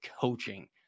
coaching